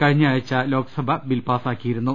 കഴിഞ്ഞ ആഴ്ച്ച ലോക്സഭ ബിൽ പാസാക്കിയിരുന്നു